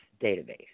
database